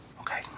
Okay